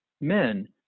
men